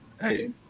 Hey